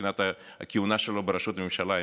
מבחינת הכהונה שלו בראשות ממשלה,